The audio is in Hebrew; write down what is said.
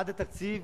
עד התקציב